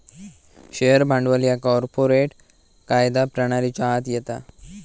share भांडवल ह्या corporate कायदा प्रणालीच्या आत येता